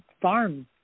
farm